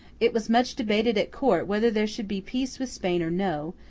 it was much debated at court whether there should be peace with spain or no,